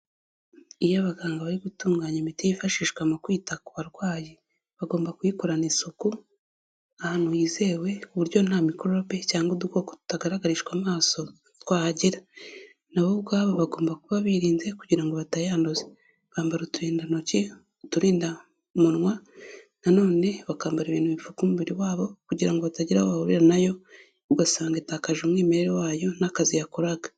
Iyo abaganga bari gutunganya imiti yifashishwa mu kwita kubarwayi, bagomba kuyikorana isuku, ahantu hizewe kuburyo nta mikorobe cyangwa udukoko tutagaragrishwa amaso twahagera, nabo ubwo bagomba kuba birinze kugira ngo batayanduza bambara uturinda ntoki, uturinda munwa nanone bakambara ibintu bipfuka umubiri wabo kugira ngo batagira aho bahurira nayo ugasanga itakaje umwimerere wayo n'akazi yakoraga.